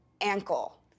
ankle